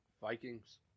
Vikings